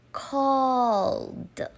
called